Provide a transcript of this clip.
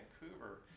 Vancouver